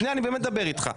שנייה אני באמת מדבר איתך,